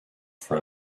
for